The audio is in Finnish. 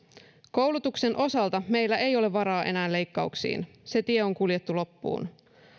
koulutuksen osalta meillä ei ole varaa enää leikkauksiin se tie on kuljettu loppuun